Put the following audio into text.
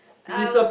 i als~